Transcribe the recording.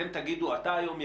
אתם תגידו אתה היום ירוק,